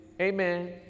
Amen